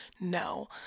No